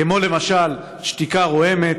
כמו למשל "שתיקה רועמת",